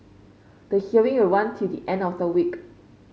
the hearing will run till the end of the week